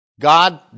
God